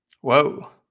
whoa